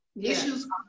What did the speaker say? issues